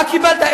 מה קיבלת?